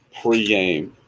pregame